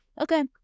okay